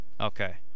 Okay